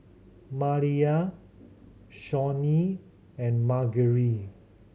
Maliyah Shawnee and Margery